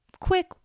quick